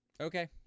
Okay